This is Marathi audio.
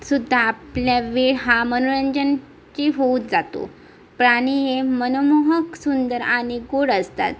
सुद्धा आपल्या वे हा मनोरंजन की होत जातो प्राणी हे मनमोहक सुंदर आणि गोड असतात